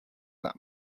that